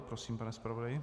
Prosím, pane zpravodaji.